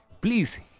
Please